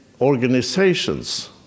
organizations